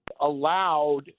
allowed